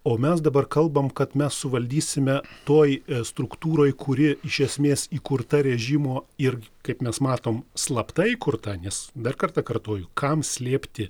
o mes dabar kalbam kad mes suvaldysime toj struktūroj kuri iš esmės įkurta režimo ir kaip mes matom slapta įkurta nes dar kartą kartoju kam slėpti